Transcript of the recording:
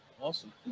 Awesome